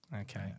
Okay